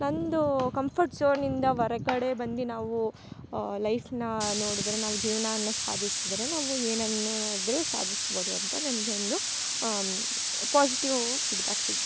ನಂದು ಕಂಫರ್ಟ್ ಝೋನ್ಯಿಂದ ಹೊರಗಡೆ ಬಂದು ನಾವು ಲೈಫ್ನ ನೋಡಿದ್ರೆ ನಾವು ಜೀವನವನ್ನ ಸಾಧಿಸಿದ್ರೆ ನಾವು ಏನನ್ನಾದರು ಸಾಧಿಸ್ಬೋದು ಅಂತ ನನಗೆ ಒಂದು ಪಾಸಿಟಿವ್ ಫಿಡ್ಬ್ಯಾಕ್ ಸಿಕ್ತು